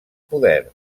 poder